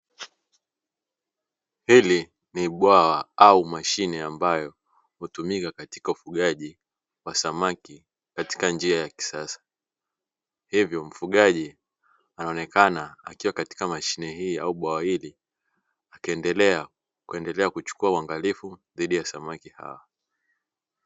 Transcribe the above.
Hili ni bwawa au mashine ambayo hutumika katika ufugaji wa samaki katika njia ya kisasa, hivyo mfugaji anaonekana akiwa katika mashine hii au bwawa hili akiendelea kuchukua uangalifu dhidi ya samaki hawa.